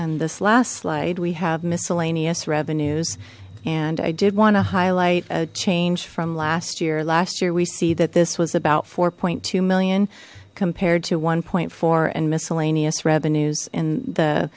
on this last slide we have miscellaneous revenues and i did want to highlight a change from last year last year we see that this was about four point two million compared to one four and miscellaneous revenues and the